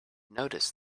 notice